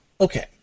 Okay